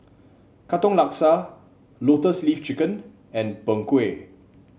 Katong Laksa Lotus Leaf Chicken and Png Kueh